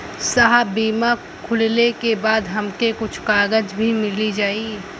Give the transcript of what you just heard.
साहब बीमा खुलले के बाद हमके कुछ कागज भी मिली?